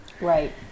Right